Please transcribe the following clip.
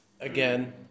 Again